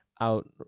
out